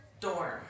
dorm